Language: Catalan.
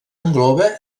engloba